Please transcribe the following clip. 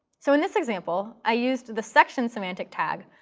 so in this example, i used to the section semantic tag,